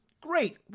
great